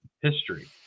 history